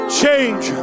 change